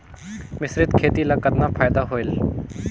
मिश्रीत खेती ल कतना फायदा होयल?